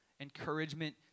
Encouragement